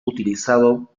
utilizado